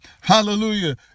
hallelujah